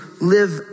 live